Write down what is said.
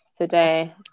today